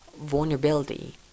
vulnerability